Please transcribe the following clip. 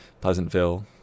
Pleasantville